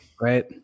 right